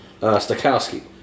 Stakowski